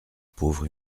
pauvre